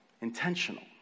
Intentional